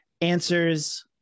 answers